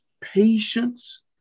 patience